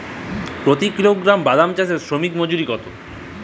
প্রতি কিলোগ্রাম বাদাম চাষে শ্রমিক মজুরি কত?